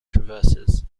traverses